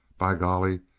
by golly,